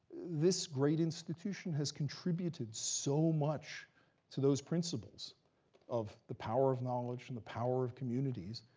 this great institution has contributed so much to those principles of the power of knowledge and the power of communities,